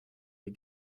les